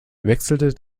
wechselte